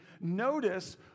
Notice